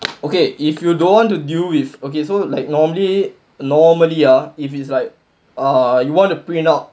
okay if you don't want to deal with okay so like normally normally ah if it's like uh you want to print out